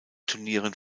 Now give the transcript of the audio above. turnieren